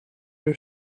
uur